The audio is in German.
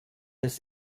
des